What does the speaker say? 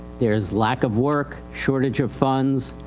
thereis lack of work, shortage of funds,